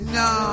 no